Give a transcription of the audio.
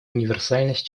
универсальность